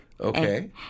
Okay